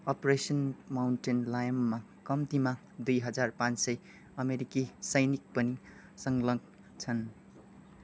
operation mountain लायममा कम्तीमा दुई हजार पान सय अमेरिकी सैनिक पनि संलग्न छन्